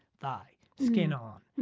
thigh, skin-on,